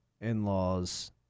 in-law's